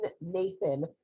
Nathan